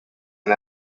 and